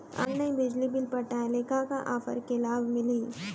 Online बिजली bill पटाय ले का का ऑफ़र के लाभ मिलही?